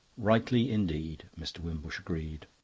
rightly indeed, mr. wimbush agreed.